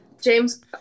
James